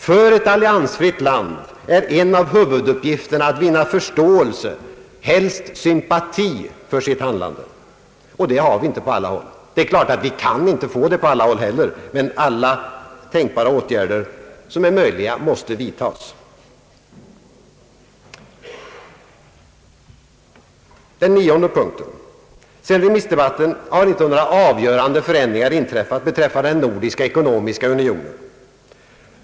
För ett alliansfritt land är en av huvuduppgifterna att vinna förståelse, helst sympati, för sitt handlande. Och det har vi inte på alla håll: Självfallet kan vi inte få det på alla håll heller, men alla tänkbara åtgärder måste vid tagas för att om möjligt uppnå förståelse. Den nionde punkten: Efter remissdebatten har inga avgörande förändringar inträffat beträffande den nordiska ekonomiska unionen.